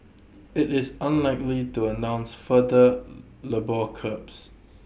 IT is unlikely to announce further labour curbs